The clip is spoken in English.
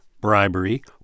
bribery